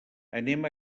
anem